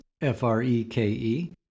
F-R-E-K-E